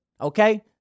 Okay